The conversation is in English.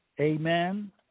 Amen